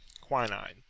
quinine